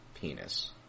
Penis